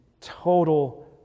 total